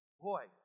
boy